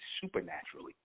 supernaturally